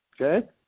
Okay